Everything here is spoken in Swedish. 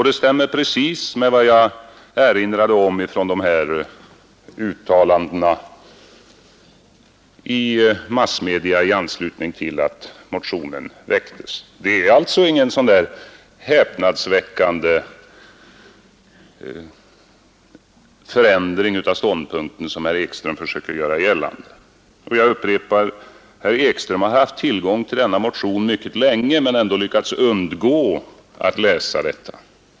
Det stämmer precis med vad jag erinrade om i mina uttalanden till massmedia i anslutning till att motionen väcktes. Det är alltså inte någon sådan häpnadsväckande förändring av ståndpunkt som herr Ekström försöker göra gällande. Jag upprepar att herr Ekström haft tillgång till denna motion mycket länge men ändå lyckats undgå att läsa detta.